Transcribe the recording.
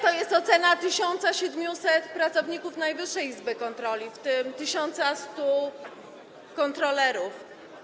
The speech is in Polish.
To jest ocena 1700 pracowników Najwyższej Izby Kontroli, w tym 1100 kontrolerów.